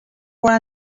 wore